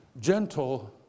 gentle